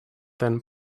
then